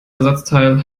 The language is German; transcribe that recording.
ersatzteil